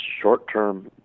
short-term